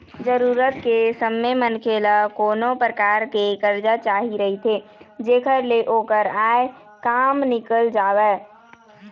जरूरत के समे मनखे ल कोनो परकार के करजा चाही रहिथे जेखर ले ओखर आय काम निकल जावय